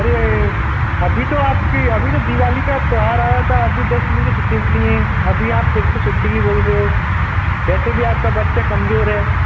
अरे अभी तो आपकी अभी तो दिवाली का त्योहार आया था अभी दस दिन की छुट्टी मिली है अभी आप फिर से छुट्टी की बोल रहे हो वैसे भी आपका बच्चा कमजोर है